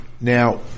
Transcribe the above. Now